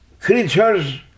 creatures